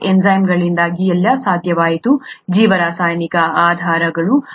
ಎನ್ಝೈಮ್ಗಳಿಂದಾಗಿ ಎಲ್ಲಾ ಸಾಧ್ಯವಾಯಿತು ಜೀವರಾಸಾಯನಿಕ ಆಧಾರವು ಎನ್ಝೈಮ್ಗಳು